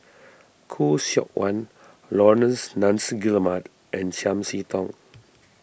Khoo Seok Wan Laurence Nunns Guillemard and Chiam See Tong